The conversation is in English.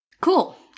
Cool